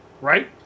Right